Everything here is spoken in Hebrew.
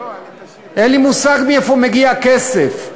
אין לי מושג מאיפה מגיע הכסף,